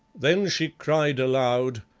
then she cried aloud,